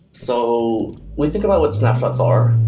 so we think about what snapshots are.